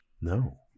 No